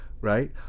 right